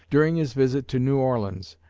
during his visit to new orleans,